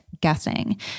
guessing